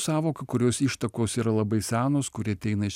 sąvoka kurios ištakos yra labai senos kuri ateina iš